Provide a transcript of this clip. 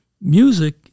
Music